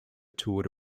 toured